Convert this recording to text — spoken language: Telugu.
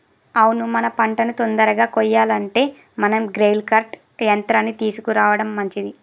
అవును మన పంటను తొందరగా కొయ్యాలంటే మనం గ్రెయిల్ కర్ట్ యంత్రాన్ని తీసుకురావడం మంచిది